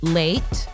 late